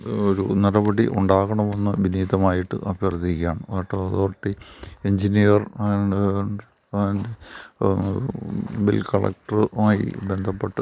ഒരു നടപടി ഉണ്ടാകണമെന്ന് വിനീതമായിട്ട് അഭ്യർത്ഥിക്കുകയാണ് water authority engineer and and bill കലക്ടറ്മായി ബന്ധപ്പെട്ട്